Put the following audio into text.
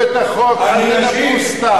תקראו את החוק, אל תדברו סתם.